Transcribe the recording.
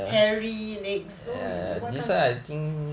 hairy next so what kind of spi~